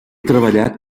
treballat